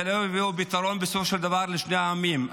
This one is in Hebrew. זה לא יביא לפתרון בסופו של דבר לשני העמים.